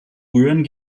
rühren